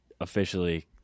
officially